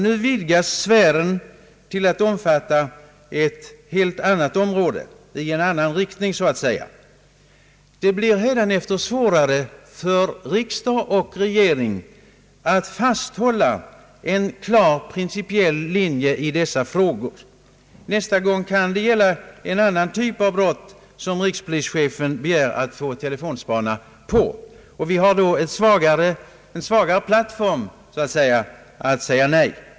Nu vidgas sfären till att omfatta ett annat område — en annan riktning så att säga. Det blir hädanefter svårare för riksdag och regering att fasthålla en klar principiell linje i dessa frågor. Nästa gång kan det vara en annan typ av brott som rikspolischefen begär telefonspaning för. Vi har då en svagare plattform att stå på om vi vill säga nej.